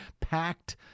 packed